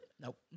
Nope